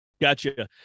Gotcha